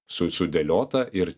su sudėliota ir